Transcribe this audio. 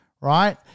right